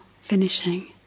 finishing